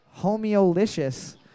homeolicious